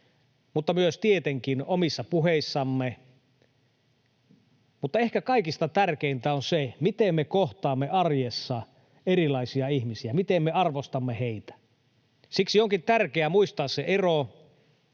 ja myös tietenkin omissa puheissamme. Mutta ehkä kaikista tärkeintä on se, miten me kohtaamme arjessa erilaisia ihmisiä, miten me arvostamme heitä. Siksi onkin tärkeää muistaa se ero,